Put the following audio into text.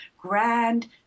grand